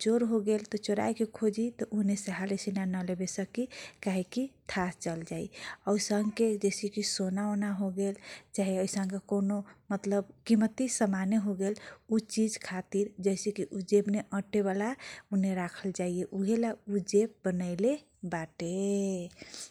चोर होगेल त चोराए के खोजी उहेसे हालिसिना ननिकाले सकी काहे कि थाहा चल्जाई औसन के करो सोना ओना हो गेल चाहे ऐसनका कौनो किमती समान हो गेल ऊ चिज खातिर जैसेकी उ जेब मे अटेवाला उहे से राखल जाइए। उहेला उ जेब बनाएले बाटे ।